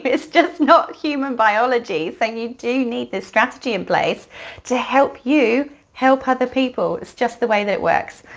but it's just not human biology, so and you do need this strategy in place to help you help other people. it's just the way that it works,